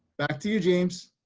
back to you james